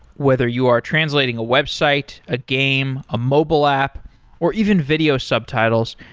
whether you are translating a website, a game, a mobile app or even video subtitles,